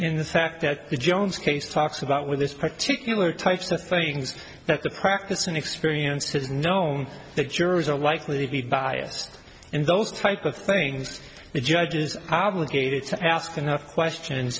in the fact that the jones case talks about with this particular types the things that the practice and experience has known that juries are likely to be biased and those type of things the judges obligated to ask enough question